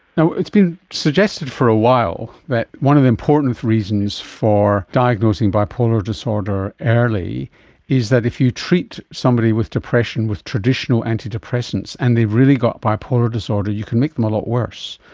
so been suggested for a while that one of the important reasons for diagnosing bipolar disorder early is that if you treat somebody with depression with traditional antidepressants and they've really got bipolar disorder, you can make them a lot worse.